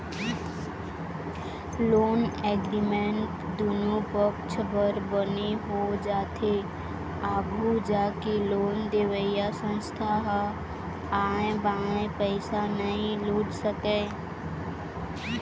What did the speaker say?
loan agreement दुनो पक्छ बर बने हो जाथे आघू जाके लोन देवइया संस्था ह आंय बांय पइसा नइ लूट सकय